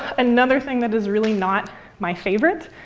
another thing that is really not my favorite,